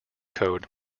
code